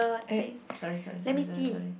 eh sorry sorry sorry sorry sorry